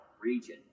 region